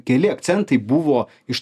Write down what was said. keli akcentai buvo iš